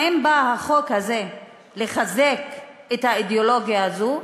האם החוק הזה בא לחזק את האידיאולוגיה הזאת?